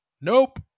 Nope